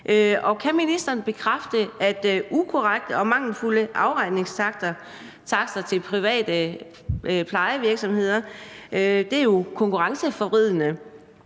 Og kan ministeren bekræfte, at ukorrekte og mangelfulde afregningstakster til private plejevirksomheder er konkurrenceforvridende